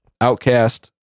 Outcast